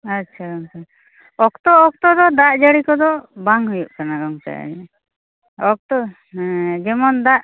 ᱟᱪᱪᱷᱟ ᱜᱚᱝᱠᱮ ᱚᱠᱛᱚ ᱚᱠᱛᱚ ᱫᱚ ᱫᱟᱜ ᱡᱟ ᱲᱤ ᱠᱚᱫᱚ ᱵᱟᱝ ᱦᱩᱭᱩᱜ ᱠᱟᱱᱟ ᱜᱚᱝᱠᱮ ᱚᱠᱛᱚ ᱦᱮᱸ ᱡᱮᱢᱚᱱ ᱫᱟᱜ